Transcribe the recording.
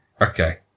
okay